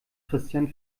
christian